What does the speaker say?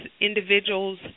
individuals